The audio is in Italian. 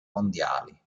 mondiali